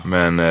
Men